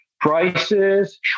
prices